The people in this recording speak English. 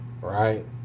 right